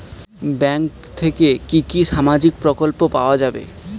Bank থেকে কি কি সামাজিক প্রকল্প পাওয়া যাবে?